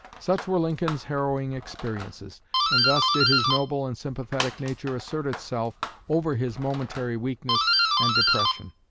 such were lincoln's harrowing experiences and thus did his noble and sympathetic nature assert itself over his momentary weakness and depression.